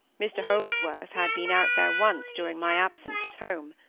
mr holdsworth had been out there once during my absence at home.